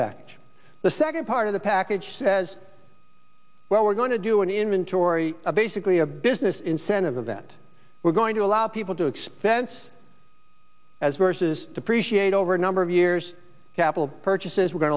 package the second part of the package says well we're going to do an inventory of basically a business incentive event we're going to allow people to expense as versus depreciate over a number of years capital purchases we're going